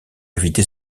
éviter